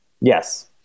Yes